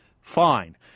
Fine